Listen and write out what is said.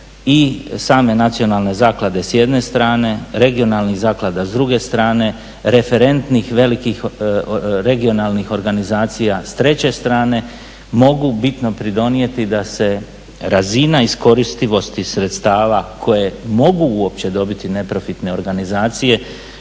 i same Nacionalne zaklade s jedne strane, regionalnih zaklada s druge strane, referentnih velikih regionalnih organizacija s treće strane mogu bitno pridonijeti da se razina iskoristivosti sredstava koje mogu uopće dobiti neprofitne organizacije